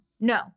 no